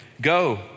Go